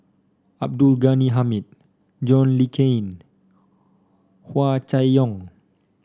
Abdul Ghani Hamid John Le Cain Hua Chai Yong